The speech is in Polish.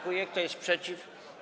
Kto jest przeciw?